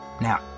Now